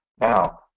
Now